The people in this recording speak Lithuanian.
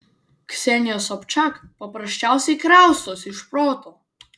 ksenija sobčak paprasčiausiai kraustosi iš proto